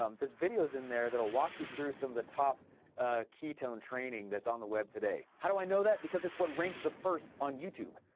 um there's videos in there that will walk you through some of the top ketone training that's on the web today. how did i know that, because it's what ranked the first on youtube,